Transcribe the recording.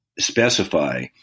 specify